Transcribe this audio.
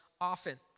often